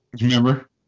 remember